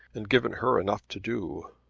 and given her enough to do.